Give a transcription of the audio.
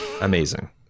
Amazing